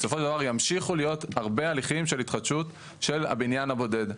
בסופו של דבר ימשיכו להיות הרבה הליכים של התחדשות של הבניין הבודד,